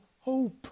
hope